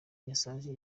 message